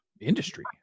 industry